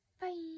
Bye